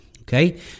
Okay